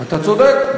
אתה צודק,